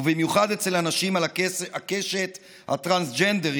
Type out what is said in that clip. ובמיוחד אצל אנשים על הקשת הטרנסג'נדרית.